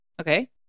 Okay